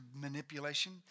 manipulation